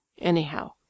Anyhow